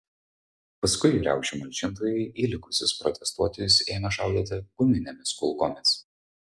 paskui riaušių malšintojai į likusius protestuotojus ėmė šaudyti guminėmis kulkomis